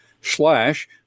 slash